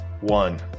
One